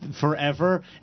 forever